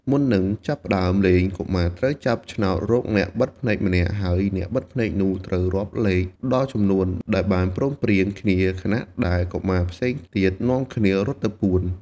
មុននឹងចាប់ផ្ដើមលេង កុមារត្រូវចាប់ឆ្នោតរកអ្នកបិទភ្នែកម្នាក់ ហើយអ្នកបិទភ្នែកនោះត្រូវរាប់លេខដល់ចំនួនដែលបានព្រមព្រៀងគ្នា ខណៈដែលកុមារផ្សេងទៀតនាំគ្នារត់ទៅពួន។